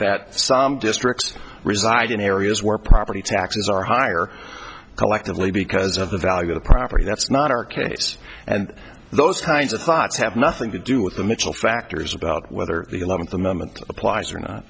that some districts reside in areas where property taxes are higher collectively because of the value of the property that's not our case and those kinds of thoughts have nothing to do with the mitchell factors about whether the eleventh a moment applies or not